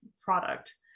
product